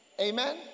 Amen